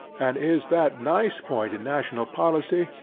and is that nice point in national policy,